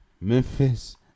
Memphis